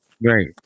Right